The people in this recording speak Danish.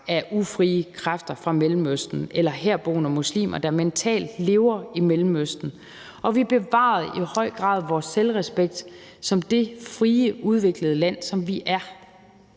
af ufrie kræfter fra Mellemøsten eller herboende muslimer, der mentalt lever i Mellemøsten, og vi bevarede i høj grad vores selvrespekt som det frie, udviklede lande, som vi er.